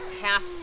half